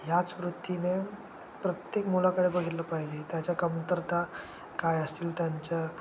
ह्याच वृत्तीने प्रत्येक मुलाकडे बघितलं पाहिजे त्याच्या कमतरता काय असतील त्यांच्या